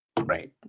Right